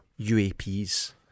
UAPs